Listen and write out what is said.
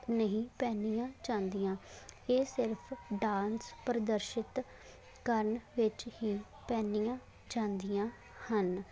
ਨਹੀਂ ਪਹਿਨੀਆਂ ਜਾਂਦੀਆਂ ਇਹ ਸਿਰਫ਼ ਡਾਂਸ ਪ੍ਰਦਰਸ਼ਿਤ ਕਰਨ ਵਿੱਚ ਹੀ ਪਹਿਨੀਆਂ ਜਾਂਦੀਆਂ ਹਨ